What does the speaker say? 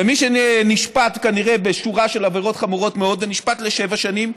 ומי שנשפט כנראה בשורה של עבירות חמורות מאוד ונשפט לשבע שנים,